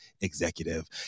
executive